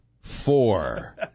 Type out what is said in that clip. four